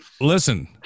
Listen